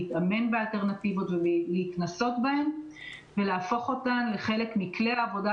להתאמן באלטרנטיבות ולהתנסות בהן ולהפוך אותן לחלק מכלי העבודה